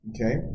Okay